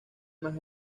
más